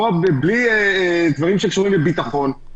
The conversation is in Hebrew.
בלי דברים שקשורים לביטחון,